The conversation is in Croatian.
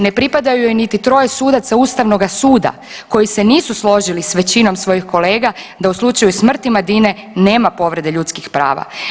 Ne pripadaju joj niti troje sudaca Ustavnoga suda koji se nisu složili sa većinom svojih kolega, da u slučaju smrti Madine nema povrede ljudskih prava.